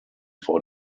vor